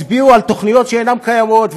הצביעו על תוכניות שאינן קיימות,